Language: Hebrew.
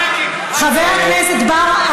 חבר הכנסת בר,